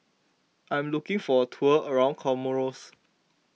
I am looking for a tour around Comoros